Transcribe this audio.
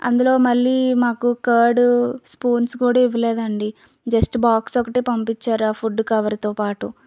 అందులో మళ్ళీ మాకు కర్ద్ స్పూన్స్ కూడా ఇవ్వలేదండి జస్ట్ బాక్స్ ఒకటి పంపించారు ఆ ఫుడ్ కవర్తో పాటు